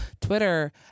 Twitter